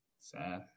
Sad